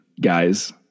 guys